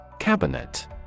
Cabinet